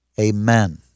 amen